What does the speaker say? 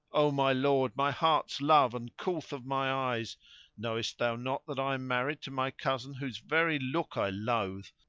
o my lord, my heart's love and coolth of my eyes knowest thou not that i am married to my cousin whose very look i loathe,